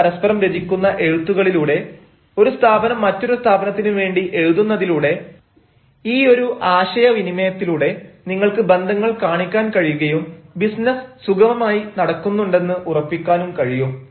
നിങ്ങൾ പരസ്പരം രചിക്കുന്ന എഴുത്തുകളിലൂടെ ഒരു സ്ഥാപനം മറ്റൊരു സ്ഥാപനത്തിന് വേണ്ടി എഴുതുന്നതിലൂടെ ഈയൊരു ആശയവിനിമയത്തിലൂടെ നിങ്ങൾക്ക് ബന്ധങ്ങൾ കാണിക്കാൻ കഴിയുകയും ബിസിനസ് സുഖമമായി നടക്കുന്നുണ്ടെന്ന് ഉറപ്പിക്കാനും കഴിയും